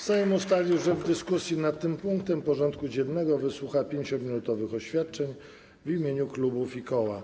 Sejm ustalił, że w dyskusji nad tym punktem porządku dziennego wysłucha 5-minutowych oświadczeń w imieniu klubów i koła.